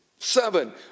Seven